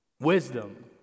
Wisdom